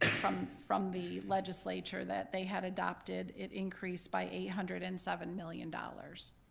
from from the legislature that they had adopted. it increased by eight hundred and seven million dollars